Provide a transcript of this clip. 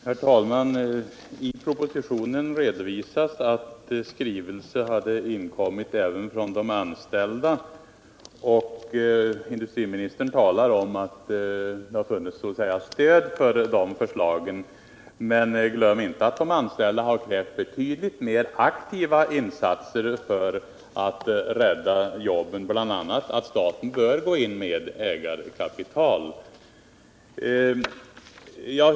Herr talman! I propositionen redovisas att skrivelse hade inkommit även från de anställda, och industriministern talar om att det funnits stöd för förslagen. Men glöm inte att de anställda krävt betydligt mer aktiva insatser för att rädda jobben, bl.a. att staten bör gå in med ägarkapital.